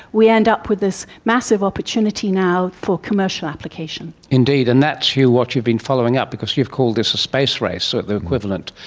we end up with this massive opportunity now for commercial application. indeed, and that's, hugh, what you've been following up because you've called this a space race, or the equivalent,